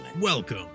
Welcome